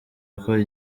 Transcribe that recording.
gukora